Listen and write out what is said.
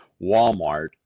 Walmart